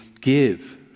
give